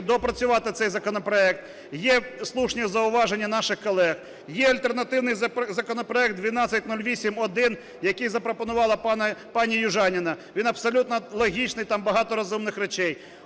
доопрацювати цей законопроект. Є слушні зауваження наших колег, є альтернативний законопроект 1208-1, який запропонувала пані Южаніна, він абсолютно логічний, там багато розумних речей.